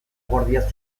guardia